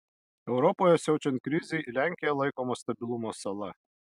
europoje siaučiant krizei lenkija laikoma stabilumo sala